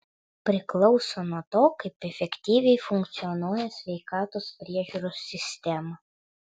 priklauso nuo to kaip efektyviai funkcionuoja sveikatos priežiūros sistema